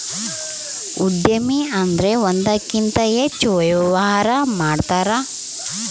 ಉದ್ಯಮಿ ಅಂದ್ರೆ ಒಂದಕ್ಕಿಂತ ಹೆಚ್ಚು ವ್ಯವಹಾರ ಮಾಡ್ತಾರ